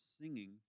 singing